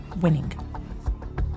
winning